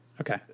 Okay